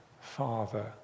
Father